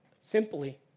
simply